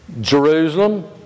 Jerusalem